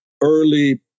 early